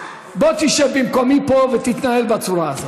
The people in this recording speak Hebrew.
בוא תשב במקומי פה ותתנהל בצורה הזאת.